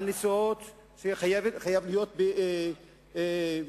בנסיעות שחייבות להיות ב-VIP,